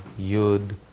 Yud